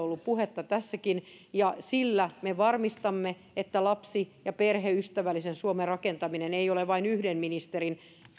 ollut puhetta tässäkin ja sillä me varmistamme että lapsi ja perheystävällisen suomen rakentaminen ei ole vain yhden ministerin